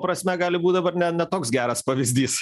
prasme gali būt dabar ne ne toks geras pavyzdys